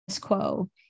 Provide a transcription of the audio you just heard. quo